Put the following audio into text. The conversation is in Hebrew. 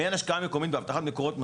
אין השקעה מקומית באבטחת מקורות מזון,